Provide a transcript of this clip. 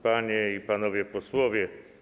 Panie i Panowie Posłowie!